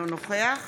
אינו נוכח